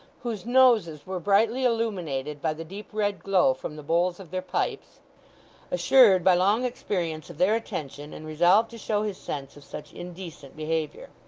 whose noses were brightly illuminated by the deep red glow from the bowls of their pipes assured, by long experience, of their attention, and resolved to show his sense of such indecent behaviour.